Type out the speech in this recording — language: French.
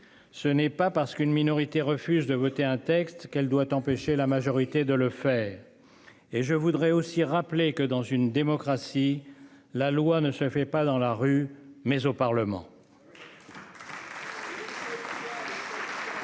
Ce n'est pas parce qu'une minorité refuse de voter un texte qu'elle doit empêcher la majorité de le faire et je voudrais aussi rappeler que dans une démocratie. La loi ne se fait pas dans la rue mais au Parlement.